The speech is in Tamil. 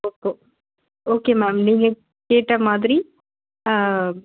ஓப்போ ஓகே மேம் நீங்கள் கேட்ட மாதிரி